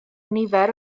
nifer